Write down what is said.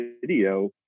video